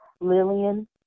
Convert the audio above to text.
Lillian